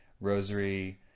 rosary